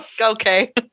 Okay